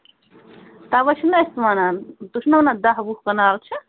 توے چھِنہ أسۍ وَنان تُہۍ چھو نہ وَنان دہ وُہ کنال چھِ